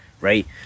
right